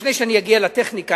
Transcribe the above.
לפני שאני אגיע לטכניקה,